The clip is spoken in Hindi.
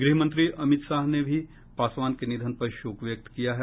गृहमंत्री अमित शाह ने श्री पासवान के निधन पर शोक व्यक्त किया है